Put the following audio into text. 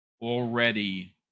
already